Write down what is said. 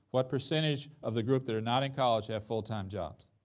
what percentage of the group that are not in college have full-time jobs?